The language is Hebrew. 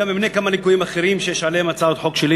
של חבר הכנסת מאיר שטרית.